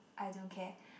I don't care